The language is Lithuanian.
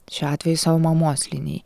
šiuo atveju savo mamos linijai